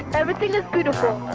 everything is beautiful